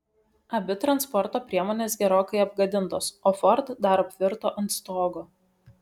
abi transporto priemonės gerokai apgadintos o ford dar apvirto ant stogo